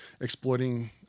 exploiting